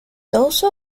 also